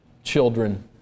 Children